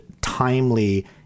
timely